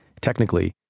technically